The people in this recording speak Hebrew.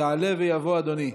יעלה ויבוא אדוני.